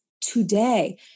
today